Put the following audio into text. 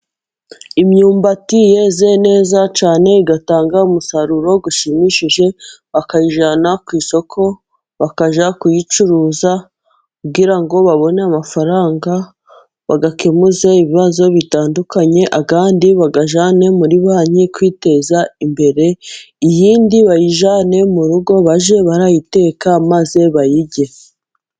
Imyumbati yeze neza cyane igatanga umusaruro ushimishije, bakayijyana ku isoko bakajya kuyicuruza kugira ngo babone amafaranga, bayakemuze ibibazo bitandukanye, andi bayajyane muri banki kwiteza imbere. Iyindi bayijyane mu rugo bajye barayiteka maze bayirye.